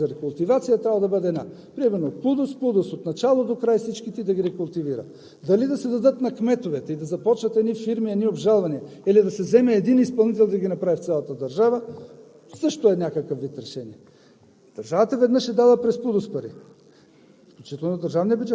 Според мен не е трябвало да се дават няколко възможности за рекултивация, а е трябвало да бъде една. Примерно ПУДООС от началото докрай всичките да ги рекултивира. Дали да се дадат на кметовете и да започнат едни фирми, едни обжалвания, или да се вземе един изпълнител да ги направи в цялата държава, също е някакъв вид решение.